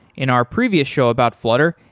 in our previous show about flutter,